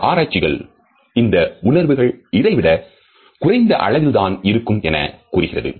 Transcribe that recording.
சில ஆராய்ச்சிகள் இந்த உணர்வுகள் இதைவிட குறைந்த அளவில் தான் இருக்கும் என கூறுகிறது